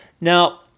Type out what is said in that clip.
now